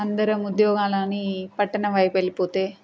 అందరం ఉద్యోగాలని పట్టణం వైపు వెళ్ళిపోతే